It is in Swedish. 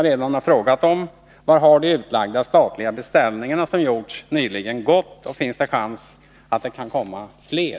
Vart har de utlagda statliga beställningar som gjorts nyligen gått, och finns det chans till fler?